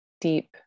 deep